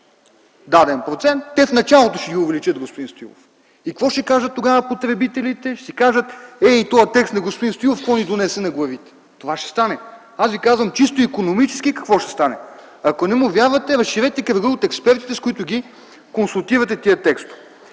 даден процент, те ще ги увеличат в началото, господин Стоилов. И какво ще кажат тогава потребителите? Ще си кажат: „Ей, този текст на господин Стоилов какво ни донесе на главите.” Това ще стане. Аз ви казвам чисто икономически какво ще стане. Ако не ми вярвате, разширете кръга от експертите, с които консултирате тези текстове.